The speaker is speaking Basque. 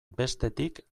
bestetik